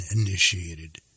initiated